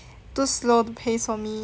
too slow paced for me